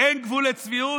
אין גבול לצביעות?